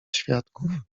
świadków